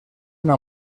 una